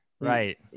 Right